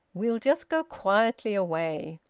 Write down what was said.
we'll just go quietly away.